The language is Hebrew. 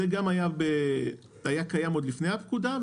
זה היה קיים עוד לפני הפקודה,